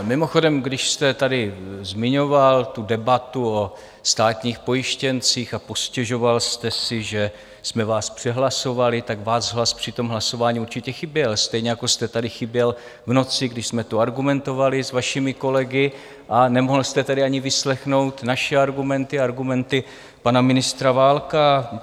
Mimochodem, když jste zmiňoval tu debatu o státních pojištěncích a postěžoval jste si, že jsme vás přehlasovali, tak váš hlas při tom hlasování určitě chyběl, stejně jako jste tady chyběl v noci, když jsme tu argumentovali s vašimi kolegy, a nemohl jste tedy ani vyslechnout naše argumenty a argumenty pana ministra Válka.